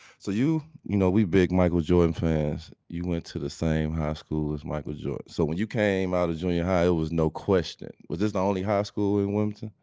so you, you know, we big michael jordan fans. you went to the same high school as michael jordan. so when you came out of junior high it was no question. was this the only high school in wilmington?